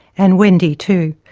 and wendy too.